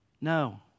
No